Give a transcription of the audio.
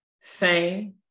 fame